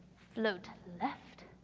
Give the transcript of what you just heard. float left.